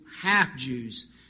half-Jews